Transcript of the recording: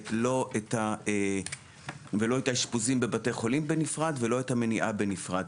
לא האשפוזים בבתי חולים בנפרד ולא את המניעה בנפרד.